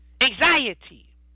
Anxiety